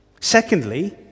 Secondly